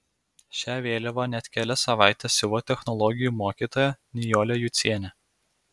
šią vėliavą net kelias savaites siuvo technologijų mokytoja nijolė jucienė